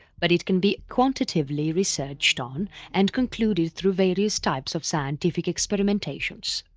but it can be quantitatively researched on and concluded through various types of scientific experimentations.